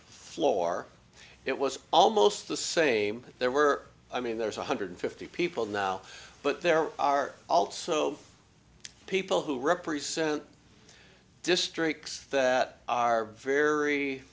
floor it was almost the same there were i mean there's one hundred fifty people now but there are also people who represent districts that are very